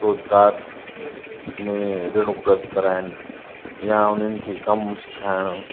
रोज़गार में रिण उपलब्धु कराइण या उन्हनि खे कम सिखाइण